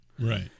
right